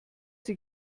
sie